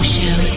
Show